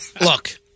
Look